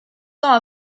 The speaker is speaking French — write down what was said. temps